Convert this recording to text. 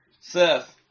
Seth